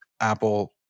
Apple